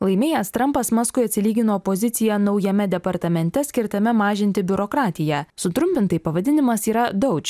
laimėjęs trampas maskui atsilygino pozicija naujame departamente skirtame mažinti biurokratiją sutrumpintai pavadinimas yra doudž